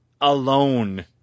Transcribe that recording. alone